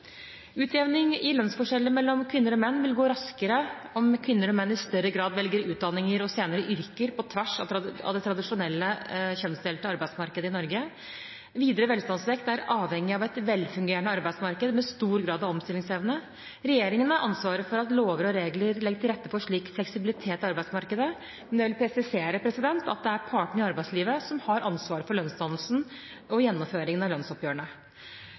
i lønnsforskjellene mellom kvinner og menn vil gå raskere om kvinner og menn i større grad velger utdanninger og senere yrker på tvers av det tradisjonelt kjønnsdelte arbeidsmarkedet i Norge. Videre velstandsvekst er avhengig av et velfungerende arbeidsmarked med stor grad av omstillingsevne. Regjeringen har ansvaret for at lover og regler legger til rette for slik fleksibilitet i arbeidsmarkedet. Men jeg vil presisere at det er partene i arbeidslivet som har ansvar for lønnsdannelsen og gjennomføringen av lønnsoppgjørene.